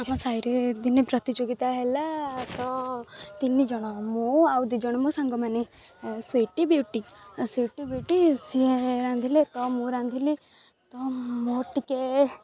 ଆମ ସାହିରେ ଦିନେ ପ୍ରତିଯୋଗିତା ହେଲା ତ ତିନି ଜଣ ମୁଁ ଆଉ ଦୁଇ ଜଣ ମୋ ସାଙ୍ଗମାନେ ସୁଇଟି ବିଉଟି ସୁଇଟି ବିଉଟି ସିଏ ରାନ୍ଧିଲେ ତ ମୁଁ ରାନ୍ଧିଲି ତ ମୋର ଟିକେ